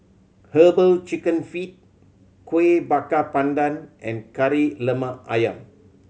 Herbal Chicken Feet Kuih Bakar Pandan and Kari Lemak Ayam